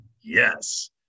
Yes